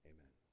Amen